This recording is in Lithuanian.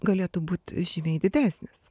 galėtų būt žymiai didesnis